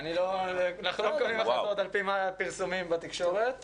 אנחנו לא מקבלים החלטות על פי פרסומים בתקשורת.